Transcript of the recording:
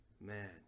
man